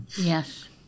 Yes